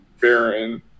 Baron